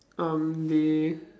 um they